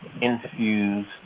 infused